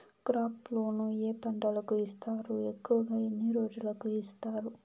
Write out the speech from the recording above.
crop loan ఏ పంటలకు ఇస్తారు ఎక్కువగా ఎన్ని రోజులకి ఇస్తారు